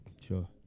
sure